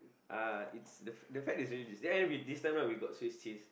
uh it's the it's the fat is really juicy and this time round we got Swiss cheese